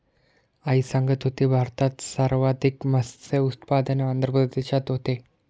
आई सांगत होती, भारतात सर्वाधिक मत्स्य उत्पादन आंध्र प्रदेशात होते